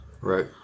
right